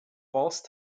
false